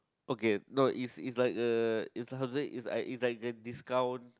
okay no is is like err is like how to say is like a discount